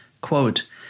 Quote